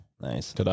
Nice